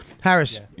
Harris